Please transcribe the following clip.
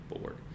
bored